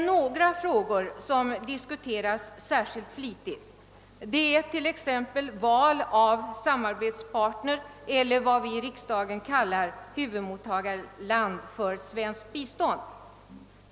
Några frågor diskuteras särskilt flitigt, t.ex. val av samarbetspartner eller vad vi i riksdagen kallar huvudmottagarland för svenskt bistånd.